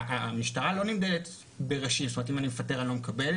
המשטרה לא נמדדת בשאיפות אם אני מפטר אני לא מקבל.